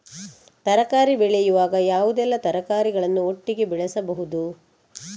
ತರಕಾರಿ ಬೆಳೆಯುವಾಗ ಯಾವುದೆಲ್ಲ ತರಕಾರಿಗಳನ್ನು ಒಟ್ಟಿಗೆ ಬೆಳೆಸಬಹುದು?